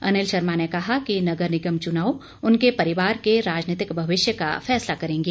अनिल शर्मा ने कहा कि नगर निगम चुनाव उनके परिवार के राजनैतिक भविष्य का फैसला करेंगे